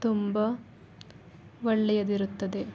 ತುಂಬ ಒಳ್ಳೆಯದಿರುತ್ತದೆ